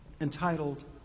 entitled